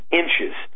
inches